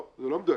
לא מדויק.